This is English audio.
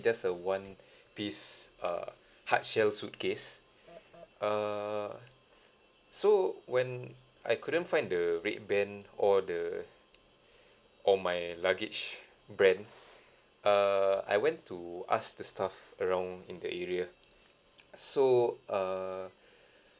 just a one piece uh hard shell suitcase err so when I couldn't find the red band or the or my luggage brand err I went to ask the staff around in the area so err